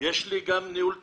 יש לי גם ניהול תקין,